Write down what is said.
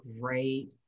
great